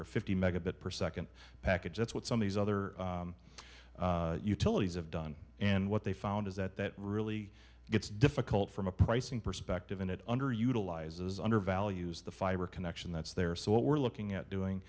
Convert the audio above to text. a fifty megabit per second package that's what some of these other utilities have done and what they found is that that really gets difficult from a pricing perspective and it underutilized as undervalues the fiber connection that's there so what we're looking at doing